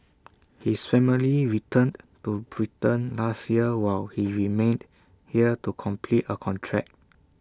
his family returned to Britain last year while he remained here to complete A contract